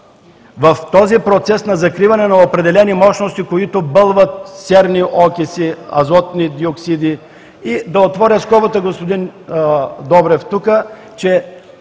в този процес на закриване на определени мощности, които бълват серни окиси, азотни диоксиди… Да отворя скоба, господин Добрев, че